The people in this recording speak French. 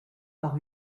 par